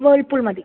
Whirlpool മതി